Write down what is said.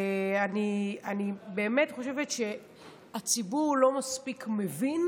אני באמת חושבת שהציבור לא מספיק מבין,